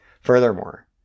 Furthermore